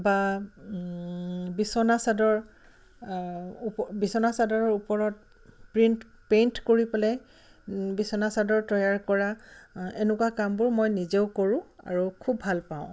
বা বিছনা চাদৰ ওপ বিছনা চাদৰৰ ওপৰত প্ৰিণ্ট পেইণ্ট কৰি পেলাই বিছনা চাদৰ তৈয়াৰ কৰা এনেকুৱা কামবোৰ মই নিজেও কৰোঁ আৰু খুব ভাল পাওঁ